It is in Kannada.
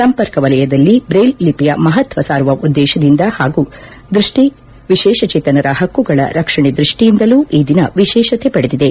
ಸಂಪರ್ಕ ವಲಯದಲ್ಲಿ ಟ್ರೈಲ್ ಲಿಪಿಯ ಮಹತ್ವ ಸಾರುವ ಉದ್ದೇಶದಿಂದ ಹಾಗೂ ದೃಷ್ಟಿ ವಿಶೇಷಚೇತನರ ಹಕ್ಕುಗಳ ರಕ್ಷಣೆ ದೃಷ್ಟಿಯಿಂದಲೂ ಈ ದಿನ ವಿಶೇಷತೆ ಪಡೆದಿದೆ